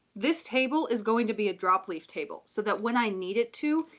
this table is going to be a drop leaf table, so that when i need it to,